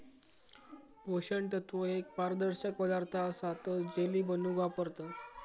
पोषण तत्व एक पारदर्शक पदार्थ असा तो जेली बनवूक वापरतत